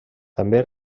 també